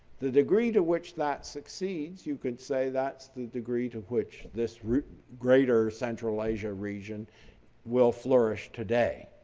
the degree to which that succeeds, you could say that's the degree to which this greater central asia region will flourish today.